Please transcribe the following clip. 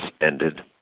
ended